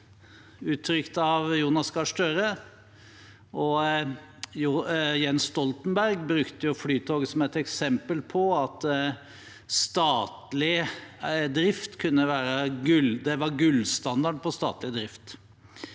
uttrykt av Jonas Gahr Støre. Og Jens Stoltenberg brukte Flytoget som et eksempel på at det var gullstandarden på statlig drift.